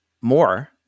more